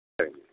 சரிங்க